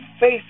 faith